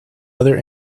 other